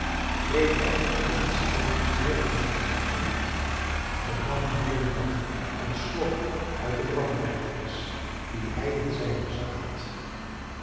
reed echter naar het scheen zeer welgemoed voort en nam nu en dan een slok uit de brandewijnflesch die hij in zijnen zak had